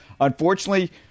Unfortunately